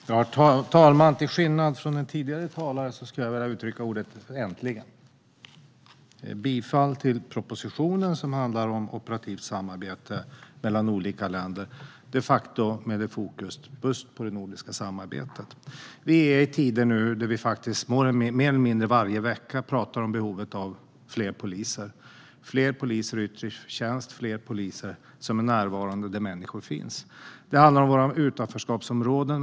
Fru talman! Till skillnad från en tidigare talare skulle jag vilja uttrycka ordet "äntligen". Jag yrkar bifall till propositionen, som handlar om operativt samarbete mellan olika länder, med fokus just på det nordiska samarbetet. I dessa tider pratar vi faktiskt mer eller mindre varje vecka om behovet av fler poliser - fler poliser i yttre tjänst och fler poliser som är närvarande där människor finns. Det handlar om våra utanförskapsområden.